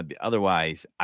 Otherwise